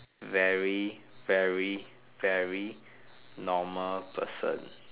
very very very normal person